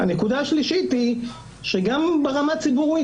הנקודה השלישית היא שגם ברמה הציבורית,